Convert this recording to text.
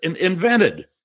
invented